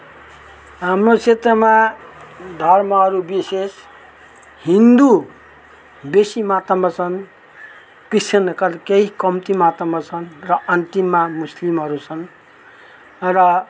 हाम्रो क्षेत्रमा धर्महरू विशेष हिन्दू बेसीमात्रामा छन् क्रिश्चियनहरूको केही कम्तीमात्रामा छन् र अन्तिममा मुस्लिमहरू छन् र